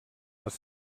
les